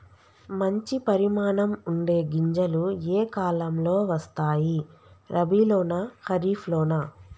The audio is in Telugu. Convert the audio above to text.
మంచి పరిమాణం ఉండే గింజలు ఏ కాలం లో వస్తాయి? రబీ లోనా? ఖరీఫ్ లోనా?